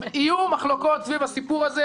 יהיו מחלוקות סביב הסיפור הזה.